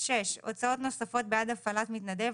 הוצאות נוספות בעד הפעלת מתנדב,